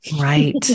Right